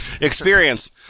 experience